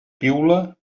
piula